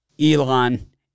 Elon